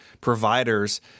providers